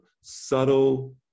subtle